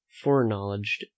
foreknowledge